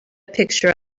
picture